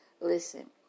listen